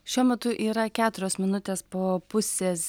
šiuo metu yra keturios minutės po pusės